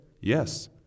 Yes